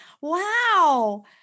Wow